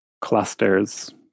clusters